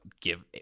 Give